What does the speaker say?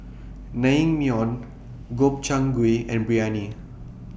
Naengmyeon Gobchang Gui and Biryani